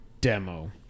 demo